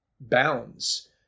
bounds